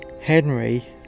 Henry